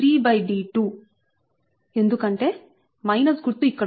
4605log d3d2 ఎందుకంటే minus గుర్తు ఇక్కడ ఉంది